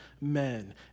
men